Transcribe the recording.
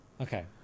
okay